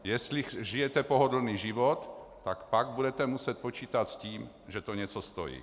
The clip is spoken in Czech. Jestli žijete pohodlný život, tak pak budete muset počítat s tím, že to něco stojí.